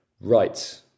Right